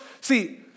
see